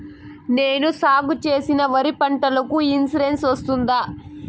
నేను సాగు చేసిన వరి పంటకు ఇన్సూరెన్సు వస్తుందా?